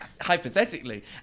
hypothetically